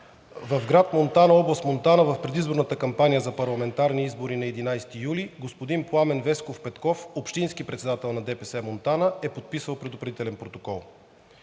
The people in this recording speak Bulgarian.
В град Монтана, област Монтана, в предизборната кампания за парламентарни избори на 11 юли 2021 г. господин Пламен Весков Петков – общински председател на ДПС – Монтана, е подписал предупредителен протокол.